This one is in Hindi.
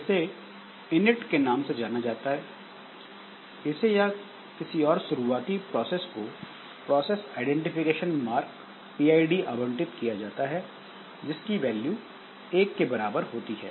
इसे इनिट के नाम से जाना जा सकता है इसे या किसी और शुरुआती प्रोसेस को प्रोसेस आईडेंटिफिकेशन मार्क पीआईडी आवंटित किया जाता है जिसकी वैल्यू एक के बराबर होती है